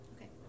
Okay